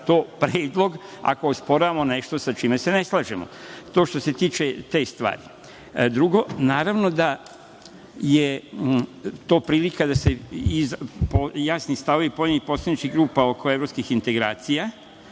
to predlog ako osporavamo nešto sa čime se ne slažemo. To što se tiče te stvari. Drugo, naravno da je to prilika da se izjasne stavovi pojedinih poslaničkih grupa oko evropskih integracija.